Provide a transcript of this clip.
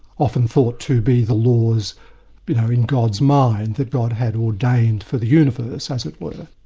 often thought to be the laws you know in god's mind that god had ordained for the universe, as it were.